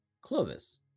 Clovis